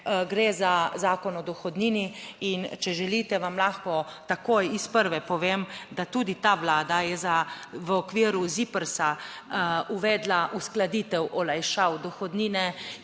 Gre za zakon o dohodnini, in če želite vam lahko takoj iz prve povem, da tudi ta vlada je v okviru ZIPRS uvedla uskladitev olajšav dohodnine,